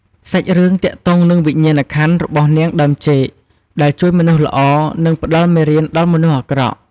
សាច់រឿងទាក់ទងនឹងវិញ្ញាណក្ខន្ធរបស់នាងដើមចេក ដែលជួយមនុស្សល្អ និងផ្ដល់មេរៀនដល់មនុស្សអាក្រក់។